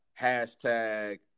Hashtag